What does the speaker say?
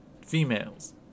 females